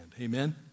Amen